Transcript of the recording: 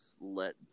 let